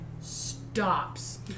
stops